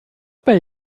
bei